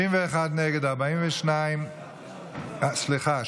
31 נגד, 42, סליחה.